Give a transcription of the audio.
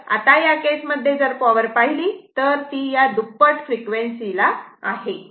तर आता या केस मध्ये जर पॉवर पाहिली तर ती या दुप्पट फ्रिक्वेन्सी ला आहे